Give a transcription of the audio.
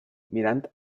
mirant